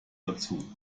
dazu